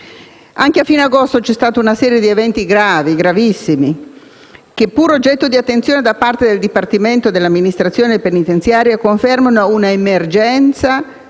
Anche a fine agosto c'è stata una serie di eventi gravi, gravissimi che, pure oggetto di attenzione da parte del dipartimento dell'amministrazione penitenziaria, confermano una emergenza